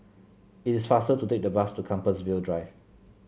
it is faster to take the bus to Compassvale Drive